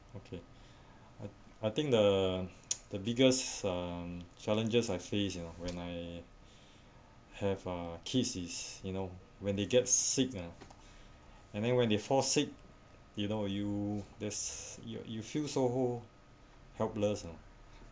okay I think the the biggest um challenges I face you know when I have a kids is you know when they get sick ah then when they fall sick you know you this you you feel soho helpless ah